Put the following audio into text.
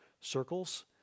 circles